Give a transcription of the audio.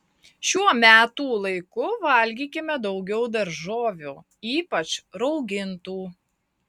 šiuo metų laiku valgykime daugiau daržovių ypač raugintų